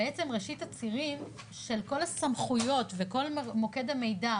ראשית הצירים של כל הסמכויות וכל מוקד המידע